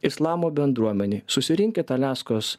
islamo bendruomenei susirinkit aliaskos